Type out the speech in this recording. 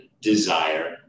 desire